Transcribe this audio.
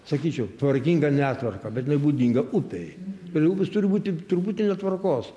sakyčiau tvarkinga netvarka bet jinai būdinga upei prie upės turi būti truputį netvarkos